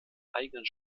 eigenen